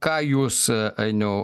ką jūs ainiau